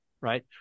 right